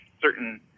certain